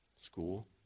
school